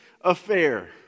affair